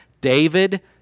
David